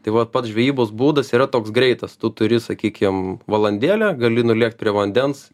tai vat pats žvejybos būdas yra toks greitas tu turi sakykim valandėlę gali nulėkt prie vandens